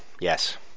Yes